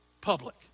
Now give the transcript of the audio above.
public